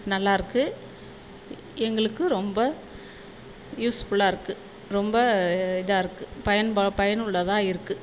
நல்லாயிருக்கு எங்களுக்கு ரொம்ப யூஸ்ஃபுல்லாக இருக்குது ரொம்ப இதாக இருக்குது பயன் ப பயனுள்ளதாக இருக்குது